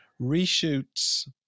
reshoots